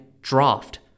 draft